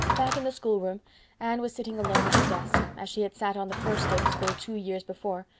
back in the schoolroom anne was sitting alone at her desk, as she had sat on the first day of school two years before,